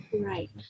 Right